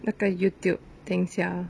那个 youtube 等一下 ah